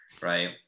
right